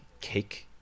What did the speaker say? cake